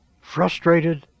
Frustrated